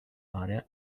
area